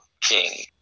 king